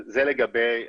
זה לגבי הנתונים.